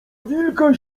wilka